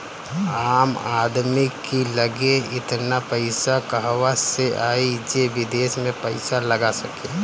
आम आदमी की लगे एतना पईसा कहवा से आई जे विदेश में पईसा लगा सके